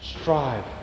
strive